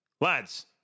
Lads